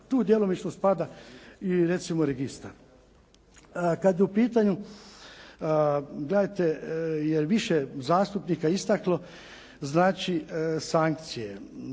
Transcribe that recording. Tu djelomično spada i recimo registar. Kada je u pitanju, jer je više zastupnika istaklo znači sankcije.